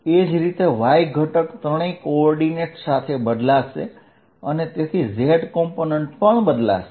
એ જ રીતે y ઘટક ત્રણેય કોઓર્ડિનેટ્સ સાથે બદલાશે અને તેથી ઝેડ કમ્પોનન્ટ પણ બદલાશે